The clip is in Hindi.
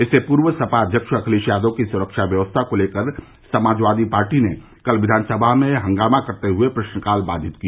इससे पूर्व सपा अध्यक्ष अखिलेश यादव की सुरक्षा व्यवस्था को लेकर समाजवादी पार्टी ने कल विधानसभा में हंगामा करते हुए प्रश्नकाल बाधित किया